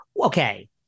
Okay